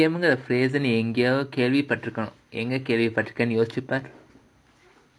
safe game எங்கயோ கேள்வி பற்றுக்கோம் எங்க கேள்வி பற்றுக்கோம்னு யோசிச்சி பாரு:engayo kelvi patrukkom enga kelvi patrukkomnu yosichi paaru